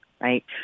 right